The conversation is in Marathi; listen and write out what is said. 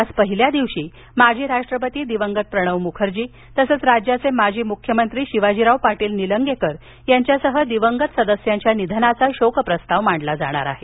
आज पहिल्या दिवशी माजी राष्ट्रपती दिवंगत प्रणव मुखर्जी तसंच राज्याचे माजी मुख्यमंत्री शिवाजीराव निलंगेकर पाटील यांच्यासह दिवंगत सदस्यांच्या निधनाचा शोकप्रस्ताव मांडला जाणार आहे